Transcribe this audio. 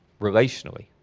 relationally